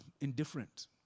indifferent